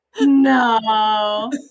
no